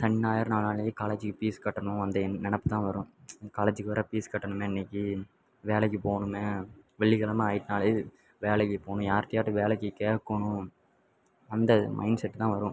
சனி ஞாயிறுன்னாலே காலேஜிக்கு பீஸ் கட்டணும் அந்த எண் நினப்புதான் வரும் காலேஜிக்கு வேறு பீஸ் கட்டணும் இன்னைக்கு வேலைக்கு போகணுமே வெள்ளி கெழம ஆகிட்டுன்னாலே இது வேலைக்கு போகணும் யார்கிட்டையாட்டு வேலைக்கு கேட்கணும் அந்த மைண்ட்செட் தான் வரும்